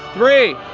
three,